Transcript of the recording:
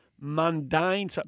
mundane